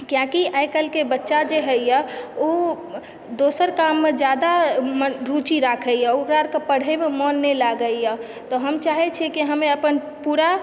किआकि आइकाल्हिके बच्चा जे होइए ओ दोसर काममे ज्यादा रुचि राखयए ओकरा आरके पढ़यमे मन नहि लागयए तऽ हम चाहय छियै कि हमे अपन पूरा